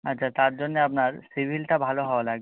আচ্ছা তার জন্যে আপনার সিভিলটা ভালো হওয়া লাগবে